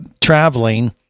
traveling